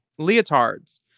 leotards